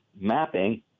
mapping